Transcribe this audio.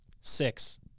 Six